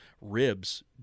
ribs